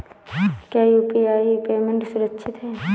क्या UPI payment सुरक्षित है?